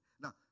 Now